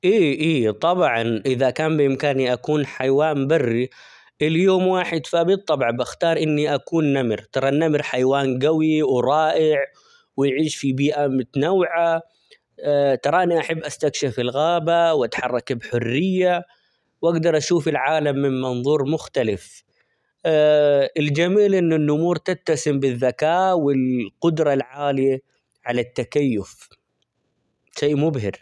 إيه إيه طبعا إذا كان بإمكاني أكون حيوان بري ليوم واحد فبالطبع بختار إني أكون نمر ،ترى النمر حيوان قوي، ورائع ،ويعيش في بيئة متنوعة ترى اني أحب استكشف الغابة ،وأتحرك بحرية ،وأقدر أشوف العالم من منظور مختلف الجميل إنه النمور تتسم بالذكاء ،والقدرة العالية على التكيف ،شيء مبهر.